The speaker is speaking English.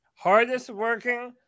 Hardest-working